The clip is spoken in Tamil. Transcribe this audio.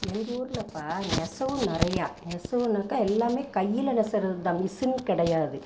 எங்கள் ஊர்லப்பா நெசவு நிறையா நெசவுனாக்கா எல்லாமே கையில் நெஸ்றது தான் மிஷின் கிடையாது